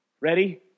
Ready